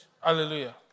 Hallelujah